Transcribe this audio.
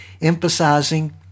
emphasizing